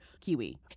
Kiwi